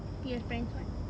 you have friends [what]